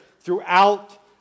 throughout